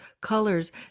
colors